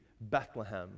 Bethlehem